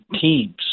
teams